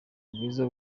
bwiza